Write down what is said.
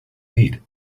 need